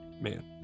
Man